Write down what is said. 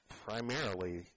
primarily